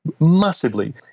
massively